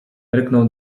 ryknął